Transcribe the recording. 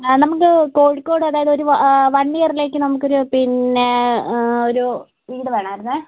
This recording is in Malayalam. നമുക്ക് കോഴിക്കോട് അതായത് ഒരു വൺ ഇയറിലേക്ക് നമുക്കൊരു പിന്നെ ഒരു വീട് വേണമായിരുന്നേ